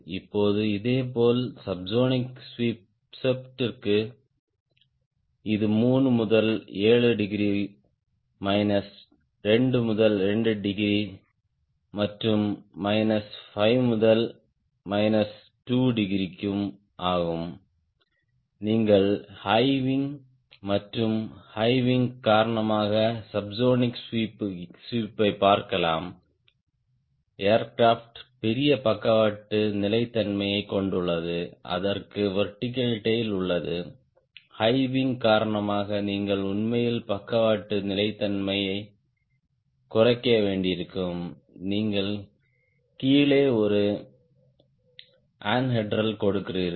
இப்போது இதேபோல் சப்ஸோனிக் ஸ்வீப்பிற்கு இது 3 முதல் 7 டிகிரி மைனஸ் 2 முதல் 2 டிகிரி மற்றும் மைனஸ் 5 முதல் மைனஸ் 2 டிகிரி ஆகும் நீங்கள் ஹை விங் மற்றும் ஹை விங் காரணமாக சப்ஸோனிக் ஸ்வீப் யை பார்க்கலாம் ஏர்கிராப்ட் பெரிய பக்கவாட்டு நிலைத்தன்மையைக் கொண்டுள்ளது அதற்கு வெர்டிகல் டேய்ல் உள்ளது ஹை விங் காரணமாக நீங்கள் உண்மையில் பக்கவாட்டு நிலைத்தன்மையைக் குறைக்க வேண்டியிருக்கும் நீங்கள் கீழே ஒரு அன்ஹெட்ரல் கொடுக்கிறீர்கள்